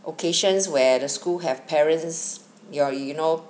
occasions where the school have parents ya you know